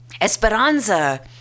Esperanza